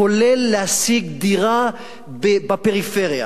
כולל להשיג דירה בפריפריה,